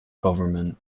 government